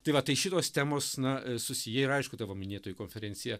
tai va tai šitos temos na a susiję ir aišku tavo minėtoji konferencija